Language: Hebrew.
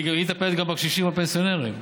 והיא מטפלת גם בקשישים הפנסיונרים.